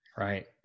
Right